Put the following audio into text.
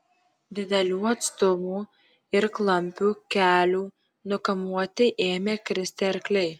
didelių atstumų ir klampių kelių nukamuoti ėmė kristi arkliai